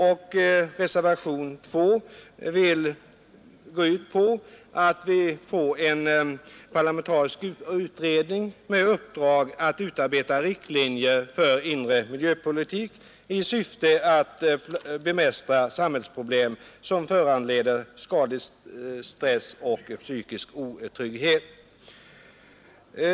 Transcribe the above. I reservationen 2 begärs en parlamentarisk utredning med uppdrag att utarbeta riktlinjer för inre miljöpolitik i syfte att bemästra samhällsproblem som föranleder skadlig stress och psykisk otrygghet.